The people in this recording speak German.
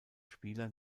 spieler